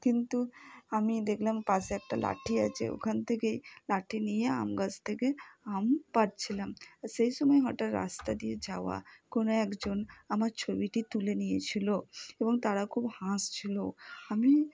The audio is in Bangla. কিন্তু আমি দেখলাম পাশে একটা লাঠি আছে ওখান থেকে লাঠি নিয়ে আম গাছ থেকে আম পাড়ছিলাম সেই সময় হঠাৎ রাস্তা দিয়ে যাওয়া কোনো একজন আমার ছবিটি তুলে নিয়েছিলো এবং তারা খুব হাসছিলো আমি